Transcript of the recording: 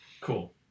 cool